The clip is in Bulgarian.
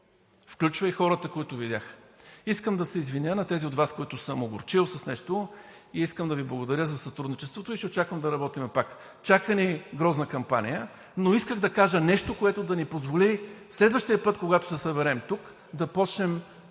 включва и хората, които видях. Искам да се извиня на тези от Вас, които съм огорчил с нещо и искам да Ви благодаря за сътрудничеството и ще очаквам да работим пак. Чака ни грозна кампания. Но исках да кажа нещо, което да ни позволи следващия път, когато се съберем тук, да започнем